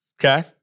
Okay